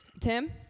Tim